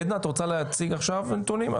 עדנה, את רוצה להציג עכשיו את הנתונים?